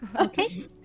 okay